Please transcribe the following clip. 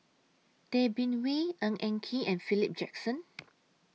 Tay Bin Wee Ng Eng Kee and Philip Jackson